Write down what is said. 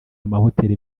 amahoteli